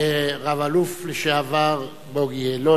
הרמטכ"ל לשעבר רב-אלוף בוגי יעלון.